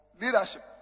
Leadership